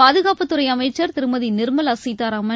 பாதுகாப்புத்துறைஅமைச்சர் திருமதிநிர்மலாசீதாராமன்